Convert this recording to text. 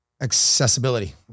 Accessibility